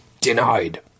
Denied